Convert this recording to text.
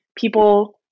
people